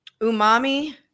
umami